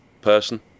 person